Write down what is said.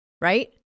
Right